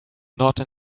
not